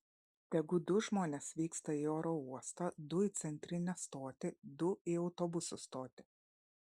tegu du žmonės vyksta į oro uostą du į centrinę stotį du į autobusų stotį